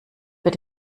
wird